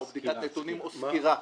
הערכה, או בדיקת נתונים, או סקירה.